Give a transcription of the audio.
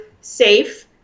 safe